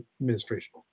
administration